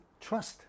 trust